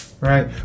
Right